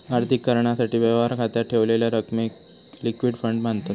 आर्थिक कारणासाठी, व्यवहार खात्यात ठेवलेल्या रकमेक लिक्विड फंड मांनतत